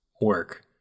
work